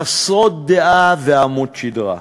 חסרות דעה ועמוד שדרה.